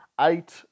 eight